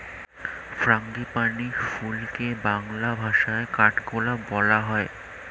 frangipani ফুলকে বাংলা ভাষায় কাঠগোলাপ বলা হয়